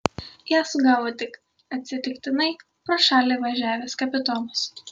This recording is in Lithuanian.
ją sugavo tik atsitiktinai pro šalį važiavęs kapitonas